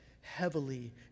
heavily